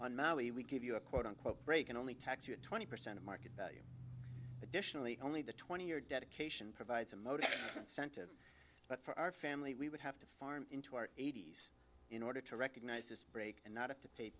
on we give you a quote unquote break and only tax you at twenty percent of market value additionally only the twenty year dedication provides a motive but for our family we would have to farm into our eighty's in order to recognize this break and not have to pay